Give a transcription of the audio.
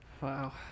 Wow